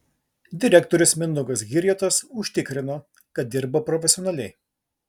direktorius mindaugas girjotas užtikrino kad dirba profesionaliai